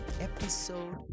episode